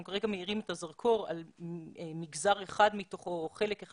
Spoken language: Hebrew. אנחנו כרגע מאירים את הזרקור על מגזר אחד מתוכו או חלק אחד